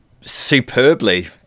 superbly